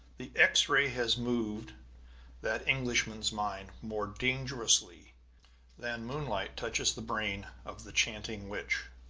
the x-ray has moved that englishman's mind more dangerously than moonlight touches the brain of the chanting witch.